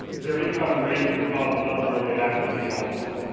their income raises above the level where they'd actually be eligible.